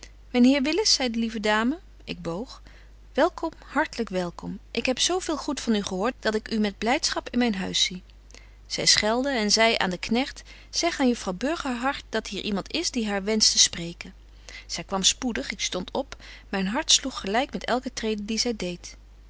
heer willis zei de lieve dame ik boog welkom hartlyk welkom ik heb zo veel goed van u gehoort dat ik u met blydschap in myn huis zie zy schelde en zei aan den knegt zeg aan juffrouw burgerhart dat hier iemand is die haar wenscht te spreken zy kwam spoedig ik stond op myn hart sloeg gelyk met elke trede die zy deedt